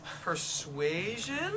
Persuasion